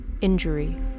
injury